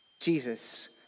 Jesus